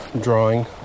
drawing